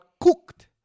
cooked